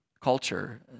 culture